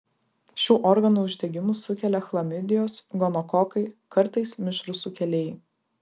šių organų uždegimus sukelia chlamidijos gonokokai kartais mišrūs sukėlėjai